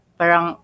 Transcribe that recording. parang